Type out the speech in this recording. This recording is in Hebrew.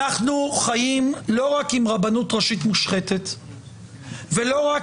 אנחנו חיים לא רק עם רבנות ראשית מושחתת ולא רק